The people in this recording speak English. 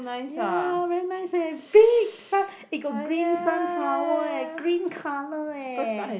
ya very nice eh big sun~ eh got green sunflower eh green colour eh